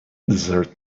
desert